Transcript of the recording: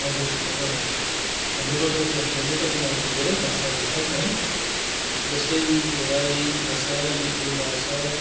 हजुर अब भन्नुपर्दा चाहिँ हाम्रो नेपालीमा अब धेरै भाषाहरू छन् है जस्तै यो राई भाषा लिम्बु भाषा